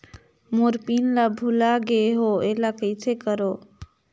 मोर PIN ला भुला गे हो एला कइसे करो?